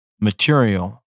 material